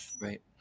Right